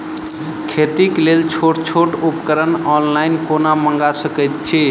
खेतीक लेल छोट छोट उपकरण ऑनलाइन कोना मंगा सकैत छी?